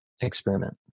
experiment